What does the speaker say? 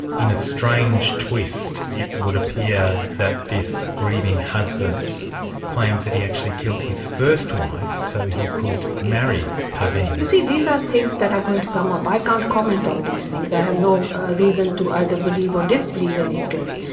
in a strange twist it would appear that this grieving husband claims that he actually killed his first wife so he could marry paveen. you see, these are things that are going to come up. i can't comment on these things, i have no reason to either believe or disbelieve any story.